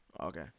Okay